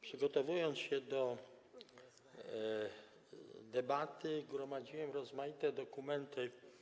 Przygotowując się do debaty, gromadziłem rozmaite dokumenty.